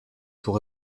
pour